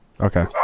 Okay